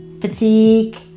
fatigue